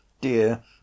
Dear